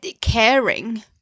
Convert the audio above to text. caring